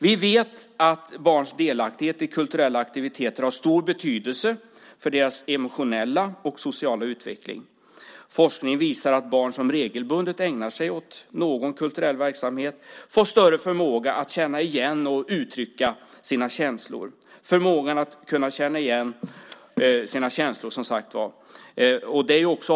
Vi vet att barns delaktighet i kulturella aktiviteter har stor betydelse för deras emotionella och sociala utveckling. Forskning visar att barn som regelbundet ägnar sig åt någon kulturell verksamhet får större förmåga att känna igen och uttrycka sina känslor.